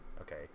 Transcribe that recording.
okay